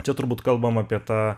čia turbūt kalbam apie tą